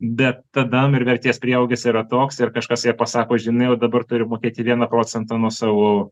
bet tada ir vertės prieaugis yra toks ir kažkas jai pasako žinai o dabar turi mokėti vieną procentą nuo savo